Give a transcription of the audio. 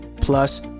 plus